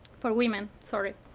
for women sorry.